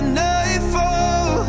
nightfall